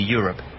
Europe